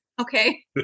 Okay